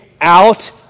out